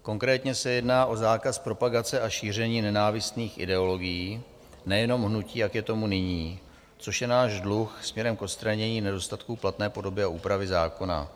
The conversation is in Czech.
Konkrétně se jedná o zákaz propagace a šíření nenávistných ideologií, nejenom hnutí, jak je tomu nyní, což je náš dluh směrem k odstranění nedostatku platné podoby a úpravy zákona.